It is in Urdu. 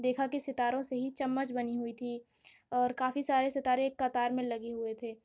دیکھا کہ ستاروں سے ہی چمچ بنی ہوئی تھی اور کافی سارے ستارے ایک قطار میں لگے ہوئے تھے